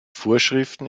vorschriften